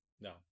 no